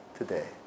today